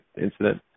incident